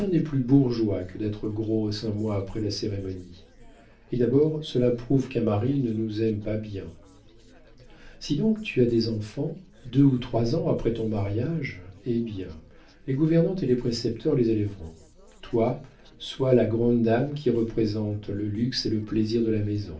plus bourgeois que d'être grosse un mois après la cérémonie et d'abord cela prouve qu'un mari ne nous aime pas bien si donc tu as des enfants deux ou trois ans après ton mariage eh bien les gouvernantes et les précepteurs les élèveront toi sois la grande dame qui représente le luxe et le plaisir de la maison